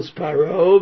paro